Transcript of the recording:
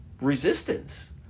resistance